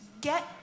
get